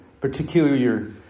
particular